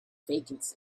vacancy